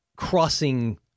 crossing